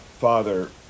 Father